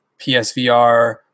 PSVR